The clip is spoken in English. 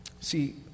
See